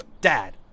Dad